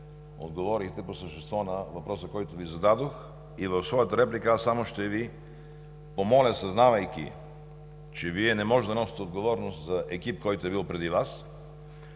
отговорихте по същество на въпроса, който Ви зададох. В своята реплика аз само ще Ви помоля, съзнавайки, че Вие не може да носите отговорност за екип, който е бил преди Вас,